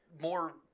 more